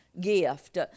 gift